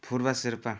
Phurba Sherpa